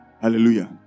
Hallelujah